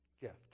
gift